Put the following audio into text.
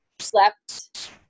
slept